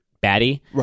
batty